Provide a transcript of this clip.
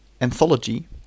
Anthology